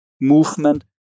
movement